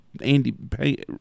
Andy